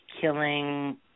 killing